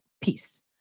peace